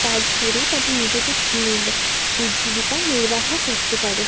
কাজ করেই তাদের নিজেদের জীবিকা নির্বাহ করতে পারে